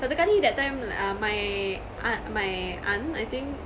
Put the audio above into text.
satu kali that time uh my aun~ my aunt I think